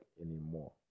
anymore